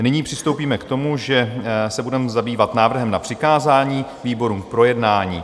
Nyní přistoupíme k tomu, že se budeme zabývat návrhem na přikázání výborům k projednání.